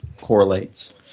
correlates